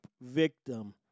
victim